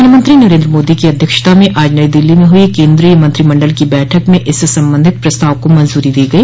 प्रधानमंत्री नरेन्द्र मोदी की अध्यक्षता में आज नई दिल्ली में हुई केन्द्रीय मंत्रिमंडल की बैठक में इससे संबंधित प्रस्ताव को मंजूरी दी गई